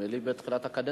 נדמה לי, בתחילת הקדנציה.